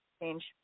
change